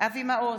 אבי מעוז,